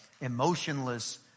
Emotionless